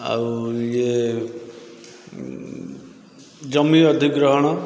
ଆଉ ଇଏ ଜମି ଅଧିଗ୍ରହଣ